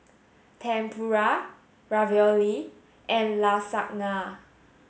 Tempura Ravioli and Lasagna